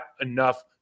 enough